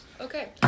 Okay